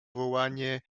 wołanie